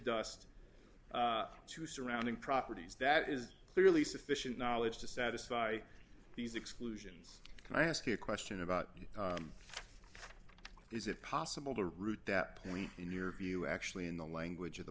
dust to surrounding properties that is clearly sufficient knowledge to satisfy these exclusions can i ask you a question about is it possible to route that point in your view actually in the language of the